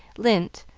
lint,